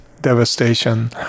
devastation